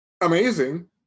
amazing